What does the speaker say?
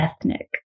ethnic